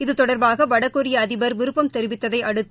இது தொடர்பாக வடகொரியா அதிபர் விருப்பம் தெரிவித்ததை அடுத்து